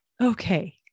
Okay